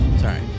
Sorry